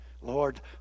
Lord